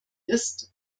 ist